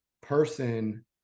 person